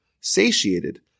satiated